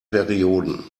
perioden